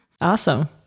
Awesome